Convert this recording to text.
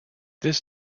this